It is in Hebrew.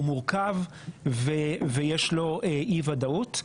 הוא מורכב ויש לו אי וודאות.